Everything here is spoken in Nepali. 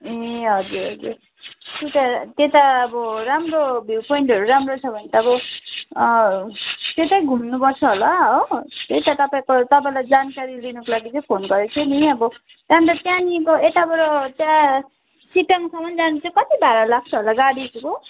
ए हजुर हजुर त्यही त त्यता अब राम्रो भ्यु पोइन्टहरू राम्रो छ भने त अब त्यता घुम्नु पर्छ होला हो त्यही तपाईँको तपाईँलाई जानकारी लिनुको लागि चाहिँ फोन गरेको थिएँ नि अब त्यहाँको त्यहाँनेरको यताबाट त्यहाँ सिटोङसम्म जानु चाहिँ कति भाडा लाग्छ होला गाडीको